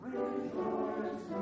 Rejoice